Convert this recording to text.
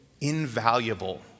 invaluable